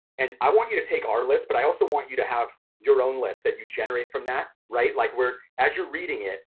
and i want you to take our list but i also want you to have your own list that you generate from that, like where, as you're reading it,